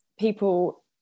people